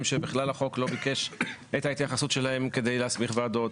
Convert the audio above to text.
שבכלל החוק לא ביקש את ההתייחסות שלהם כדי להסמיך ועדות.